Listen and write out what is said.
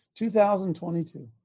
2022